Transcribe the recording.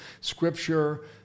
scripture